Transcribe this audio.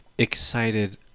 excited